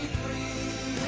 free